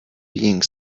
being